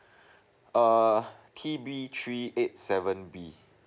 err T B three eight seven B